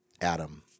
Adam